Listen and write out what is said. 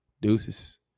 Deuces